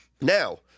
Now